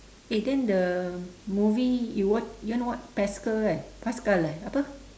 eh then the movie you want you want to watch pascal eh pascal eh apa